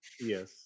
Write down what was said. Yes